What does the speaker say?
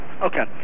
Okay